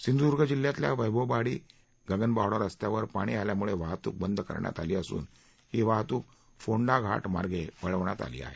सिंधूदुर्ग जिल्ह्यातल्या वैभववाडी गगनबावडा रस्त्यावर पाणी आल्यामुळे वाहतूक बंद करण्यात आली असून ही वाहतूक फोंडाघाट मार्गे वळवण्यात आली आहे